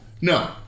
No